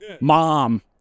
mom